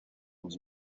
dans